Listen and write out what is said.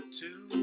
two